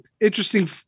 interesting